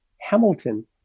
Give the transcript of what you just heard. Hamilton